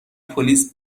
پلیس